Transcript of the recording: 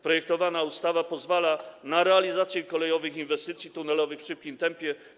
Projektowana ustawa pozwala na realizację kolejowych inwestycji tunelowych w szybkim tempie.